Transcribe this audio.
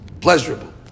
pleasurable